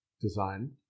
design